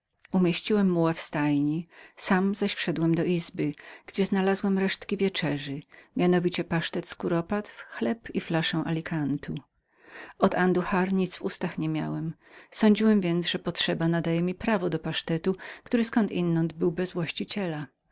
umieściłem muła w stajni sam zaś wszedłem do izby gdzie znalazłem resztki wieczerzy mianowicie pasztet z kuropatw chleb i flaszę wina z alikantu od anduhar nic w ustach nie miałem sądziłem więc że potrzeba nadawała mi prawa nad pasztetem który zkądinąd był bez właściciela